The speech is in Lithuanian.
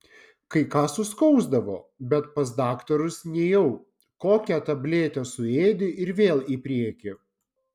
kai ką suskausdavo bet pas daktarus nėjau kokią tabletę suėdi ir vėl į priekį